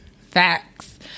Facts